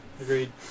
Agreed